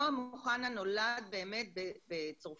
נועם אוחנה נולד בצרפת